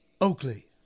Oakley